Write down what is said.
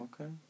Okay